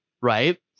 right